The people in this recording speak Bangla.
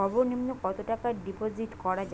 সর্ব নিম্ন কতটাকা ডিপোজিট করা য়ায়?